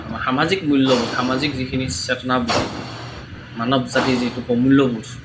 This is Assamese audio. আমাৰ সামাজিক মূল্যবোধ সামাজিক যিখিনি চেতনাবোধ মানৱজাতিৰ যিটো প্ৰমূল্যবোধ